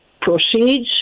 proceeds